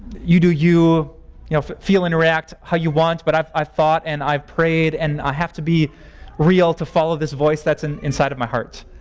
you do you. you know, feel and react how you want but i've i've thought and i've prayed and i have to be real to follow this voice that's and inside of my heart.